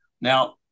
Now